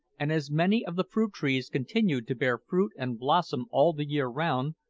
and as many of the fruit-trees continued to bear fruit and blossom all the year round,